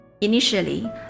Initially